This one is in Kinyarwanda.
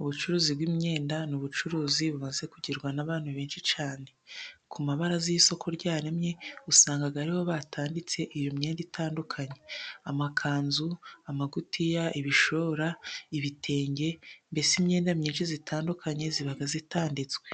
Ubucuruzi bw'imyenda ni ubucuruzi bumaze kugirwa n'abantu benshi cyane ku mabaraza iyo isoko ryaremye usanga aribo batanditse iyo myenda itandukanye amakanzu , amagutiya, ibishora, ibitenge ,mbese imyenda myinshi itandukanye iba itanditswe.